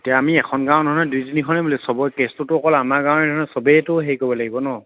এতিয়া আমি এখন গাঁও নহয় দুই তিনিখনে মিলি চবৰে কেছটো অকল আমাৰ গাঁৱৰে নহয় চবেইটো হেৰি কৰিব লাগিব ন